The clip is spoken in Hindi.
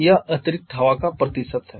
यह अतिरिक्त हवा का प्रतिशत है